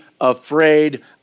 afraid